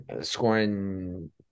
scoring